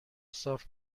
صاف